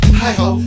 hi-ho